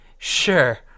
Sure